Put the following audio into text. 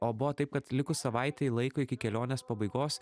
o buvo taip kad likus savaitei laiko iki kelionės pabaigos